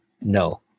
no